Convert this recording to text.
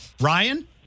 Ryan